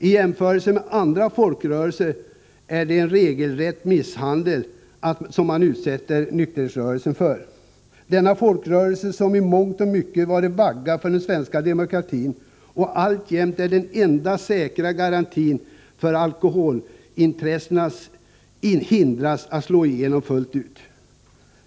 I jämförelse med andra folkrörelser utsätts nykterhetsrörelsen för en regelrätt misshandel — denna folkrörelse, som i många avseenden har varit en vagga för den svenska demokratin och alltjämt är den enda säkra garantin för att alkoholintressena hindras slå igenom fullt ut.